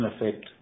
effect